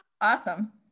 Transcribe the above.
Awesome